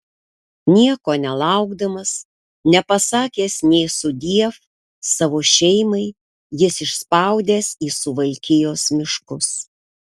nieko nelaukdamas nepasakęs nė sudiev savo šeimai jis išspaudęs į suvalkijos miškus